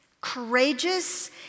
courageous